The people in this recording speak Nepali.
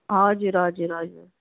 हजुर हजुर हजुर